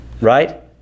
Right